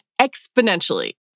exponentially